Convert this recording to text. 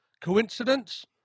Coincidence